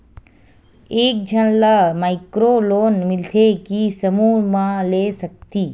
एक झन ला माइक्रो लोन मिलथे कि समूह मा ले सकती?